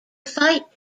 fight